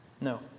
No